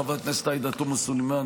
חברת הכנסת עאידה תומא סלימאן,